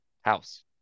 house